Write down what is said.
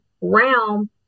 realm